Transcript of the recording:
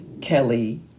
Kelly